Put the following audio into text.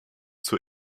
zur